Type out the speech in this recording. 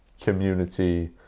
community